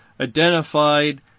identified